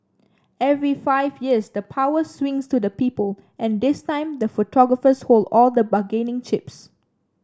every five years the power swings to the people and this time the photographers hold all the bargaining chips